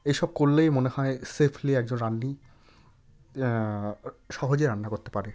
এইসব করলেই মনে হয় সেফলি একজন রান্নি সহজে রান্না করতে পারে